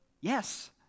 Yes